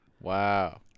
Wow